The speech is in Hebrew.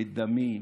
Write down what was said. ברית דמים.